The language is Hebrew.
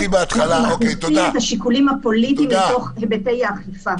אנחנו מכניסים את השיקולים הפוליטיים להיבטי האכיפה.